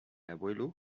abuelo